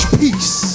peace